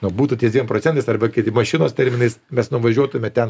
na būtų ties dviem procentais arba kitaip mašinos terminais mes nuvažiuotume ten